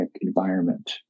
environment